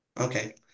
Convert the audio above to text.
Okay